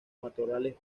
matorrales